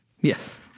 Yes